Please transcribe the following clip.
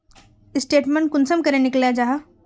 Statement कुंसम निकले जाहा?